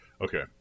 Okay